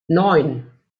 neun